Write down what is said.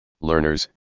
learners